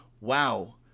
Wow